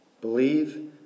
Believe